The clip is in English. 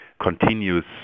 continues